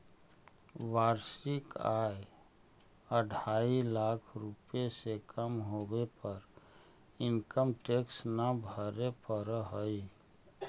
वार्षिक आय अढ़ाई लाख रुपए से कम होवे पर इनकम टैक्स न भरे पड़ऽ हई